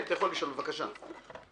בבקשה.